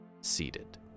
seated